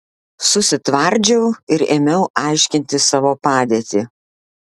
susitvardžiau ir ėmiau aiškinti savo padėtį